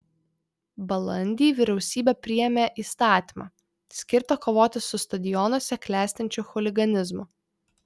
balandį vyriausybė priėmė įstatymą skirtą kovoti su stadionuose klestinčiu chuliganizmu